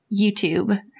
YouTube